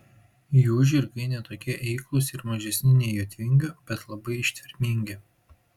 jų žirgai ne tokie eiklūs ir mažesni nei jotvingių bet labai ištvermingi